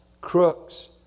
crooks